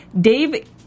Dave